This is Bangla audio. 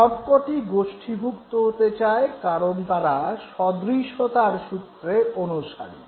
সবক'টিই গোষ্ঠীভুক্ত হতে চায় কারন তারা সদৃশতার সূত্রের অনুসারী